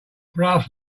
brass